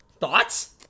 Thoughts